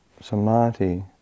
Samadhi